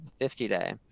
50-day